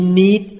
need